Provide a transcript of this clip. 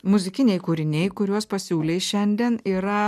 muzikiniai kūriniai kuriuos pasiūlei šiandien yra